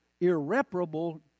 irreparable